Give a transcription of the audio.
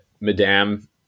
madame